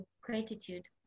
gratitude